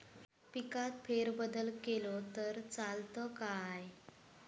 पिकात फेरबदल केलो तर चालत काय?